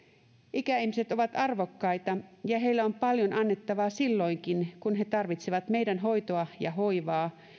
ikäihmiset ovat arvokkaita ja heillä on paljon annettavaa silloinkin kun he tarvitsevat meidän hoitoa ja hoivaa